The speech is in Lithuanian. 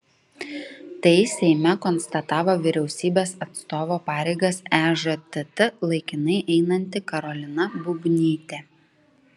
tai seime konstatavo vyriausybės atstovo pareigas ežtt laikinai einanti karolina bubnytė